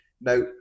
now